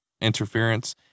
interference